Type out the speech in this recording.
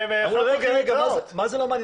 אמרו, רגע, מה זה לא מעניין אתכם?